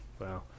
Wow